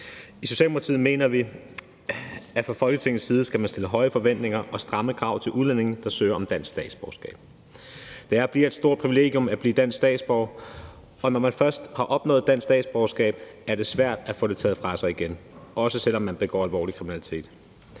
I Socialdemokratiet mener vi, at man fra Folketingets side skal stille høje forventninger og stramme krav til udlændinge, der søger om dansk statsborgerskab. Det er og bliver et stort privilegium at blive dansk statsborger, og når man først har opnået dansk statsborgerskab, er det svært at få det taget fra sig igen, også selv om man begår alvorlig kriminalitet.